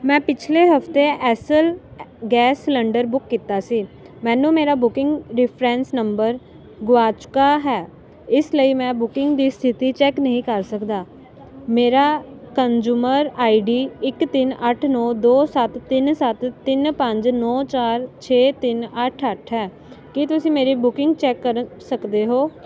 ਮੈਂ ਪਿਛਲੇ ਹਫ਼ਤੇ ਐੱਸਲ ਗੈਸ ਸਿਲੰਡਰ ਬੁੱਕ ਕੀਤਾ ਸੀ ਮੈਨੂੰ ਮੇਰਾ ਬੁੱਕਿੰਗ ਰਿਫਰੈਂਸ ਨੰਬਰ ਗੁਆ ਚੁੱਕਾ ਹੈ ਇਸ ਲਈ ਮੈਂ ਬੁੱਕਿੰਗ ਦੀ ਸਥਿਤੀ ਚੈੱਕ ਨਹੀਂ ਕਰ ਸਕਦਾ ਮੇਰਾ ਕਨਜ਼ੂਮਰ ਆਈ ਡੀ ਇੱਕ ਤਿੰਨ ਅੱਠ ਨੌਂ ਦੋ ਸੱਤ ਤਿੰਨ ਸੱਤ ਤਿੰਨ ਪੰਜ ਨੌਂ ਚਾਰ ਛੇ ਤਿੰਨ ਅੱਠ ਅੱਠ ਹੈ ਕੀ ਤੁਸੀਂ ਮੇਰੀ ਬੁੱਕਿੰਗ ਚੈੱਕ ਕਰ ਸਕਦੇ ਹੋ